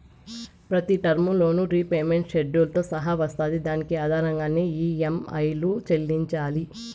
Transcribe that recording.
ప్రతి term loan repayment షెడ్యూల్తో సహా వస్తాది దాని ఆధారంగానే ఈ.యం.ఐలు చెల్లించాలి